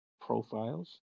profiles